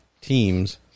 teams